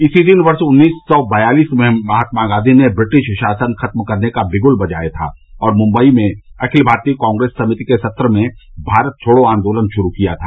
इसी दिन वर्ष उन्नीस सौ बयालिस में महात्मा गांधी ने ब्रिटिश शासन खत्म करने का बिगुल बजाया था और मुंबई में अखिल भारतीय कांग्रेस समिति के सत्र में भारत छोड़ो आदोलन शुरू किया था